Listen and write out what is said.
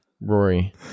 Rory